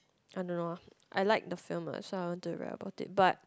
I don't know ah I like the film ah so I want to write about it but